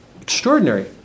Extraordinary